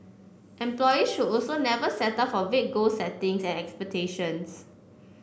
employees should also never settle for vague goal settings and expectations